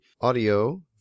audio